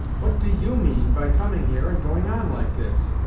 what do you mean by coming here and going on like this?